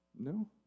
No